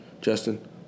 Justin